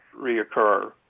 reoccur